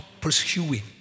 pursuing